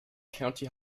county